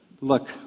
look